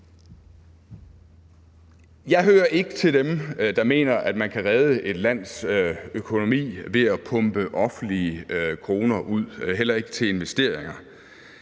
Jeg hører ikke til dem, der mener, at man kan redde et lands økonomi ved at pumpe offentlige kroner ud, heller ikke til investeringer.